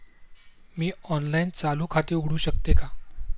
मी online चालू खाते उघडू शकते का?